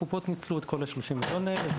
הקופות ניצלו את כל ה-30 מיליון האלה,